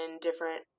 different